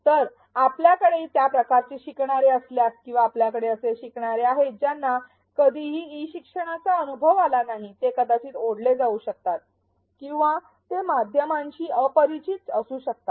तर आपल्याकडे त्या प्रकारचे शिकणारे असल्यास किंवा आपल्याकडे असे शिकणारे आहेत ज्यांना कधीही ई शिक्षणाचा अनुभव आला नाही ते कदाचित ओढले जाऊ शकतात किंवा ते माध्यमांशी अपरिचित असू शकतात